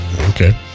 Okay